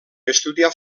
estudià